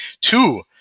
two